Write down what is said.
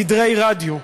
תדרי רדיו.